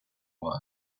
work